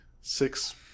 six